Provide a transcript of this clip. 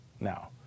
now